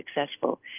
successful